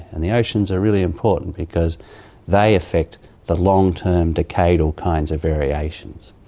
and the oceans are really important because they affect the long-term decadal kinds of variations.